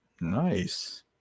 Nice